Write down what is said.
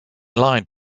line